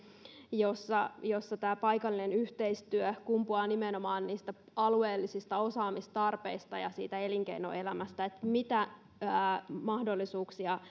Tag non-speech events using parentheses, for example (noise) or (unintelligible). jossa jossa paikallinen yhteistyö kumpuaa nimenomaan alueellisista osaamistarpeista ja siitä elinkeinoelämästä mitä mahdollisuuksia (unintelligible)